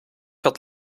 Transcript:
had